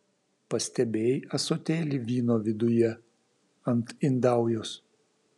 pastebėjai ąsotėlį vyno viduje ant indaujos